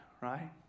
right